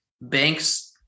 banks